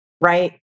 right